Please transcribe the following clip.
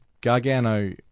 Gargano